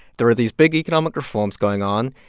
there were these big economic reforms going on.